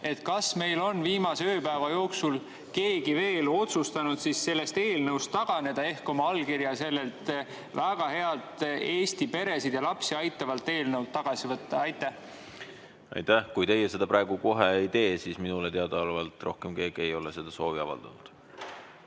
Juske – on viimase ööpäeva jooksul keegi veel otsustanud sellest eelnõust taganeda ehk oma allkirja sellelt väga healt, Eesti peresid ja lapsi aitavalt eelnõult tagasi võtta? Aitäh! Kui teie seda praegu kohe ei tee, siis minule teadaolevalt ei ole rohkem keegi seda soovi avaldanud. Nii.